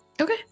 okay